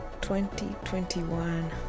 2021